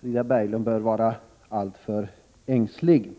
Frida Berglund behöver vara alltför ängslig.